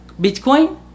Bitcoin